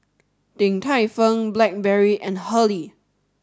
Din Tai Fung Blackberry and Hurley